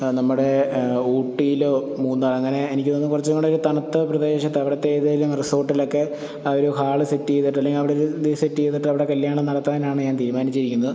ആ നമ്മുടെ ഊട്ടിയിലൊ മൂന്നാർ അങ്ങനെ എനിക്ക് തോന്നുന്നു കുറച്ചും കൂടെ ഒരു തണുത്ത പ്രദേശത്ത് അവിടുത്തെ ഏതെലും റിസോർട്ടിലൊക്കെ ആ ഒരു ഹാള് സെറ്റ് ചെയ്തിട്ടുണ്ടെങ്കിൽ അവിടൊരു ഇത് സെറ്റ് ചെയ്തിട്ടവിടെ കല്ല്യാണം നടത്താനാണ് ഞാൻ തീരുമാനിച്ചിരിക്കുന്നത്